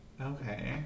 Okay